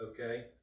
okay